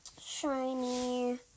shiny